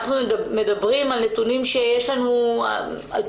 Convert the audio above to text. אנחנו מדברים על נתונים שיש לנו מ-2017,